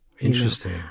Interesting